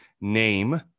name